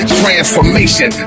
transformation